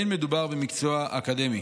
לא מדובר במקצוע אקדמי.